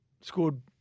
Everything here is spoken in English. scored